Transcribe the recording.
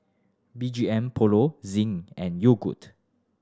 B G M Polo Zinc and Yogood